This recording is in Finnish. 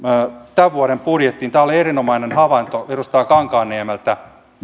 tämän vuoden budjettiin tämä oli erinomainen havainto edustaja kankaanniemeltä